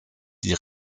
die